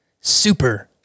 super